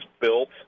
built